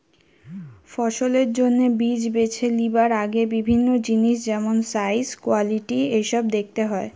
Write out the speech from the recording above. ফসলের জন্যে বীজ বেছে লিবার আগে বিভিন্ন জিনিস যেমন সাইজ, কোয়ালিটি এসোব দেখতে হয়